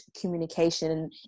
communication